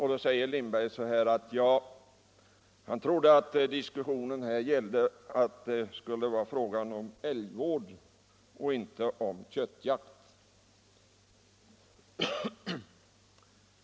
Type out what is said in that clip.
Herr Lindberg svarade att han trodde att diskussionen gällde älgvård och inte köttjakt.